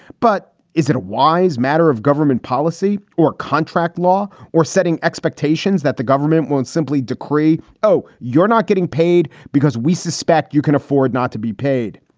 but is it a wise matter of government policy or contract law or setting expectations that the government won't simply decree? oh, you're not getting paid because we suspect you can afford not to be paid.